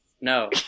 no